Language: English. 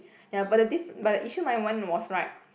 ya but the diff~ but the issue mine one was right